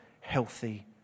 healthy